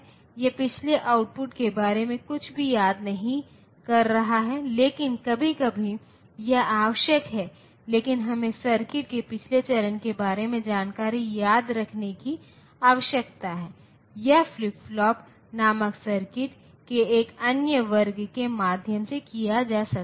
यह पिछले आउटपुट के बारे में कुछ भी याद नहीं कर रहा है लेकिन कभी कभी यह आवश्यक है लेकिन हमें सर्किट के पिछले चरण के बारे में जानकारी याद रखने की आवश्यकता है यह फ्लिप फ्लॉप नामक सर्किट के एक अन्य वर्ग के माध्यम से किया जा सकता है